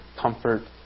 comfort